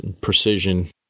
precision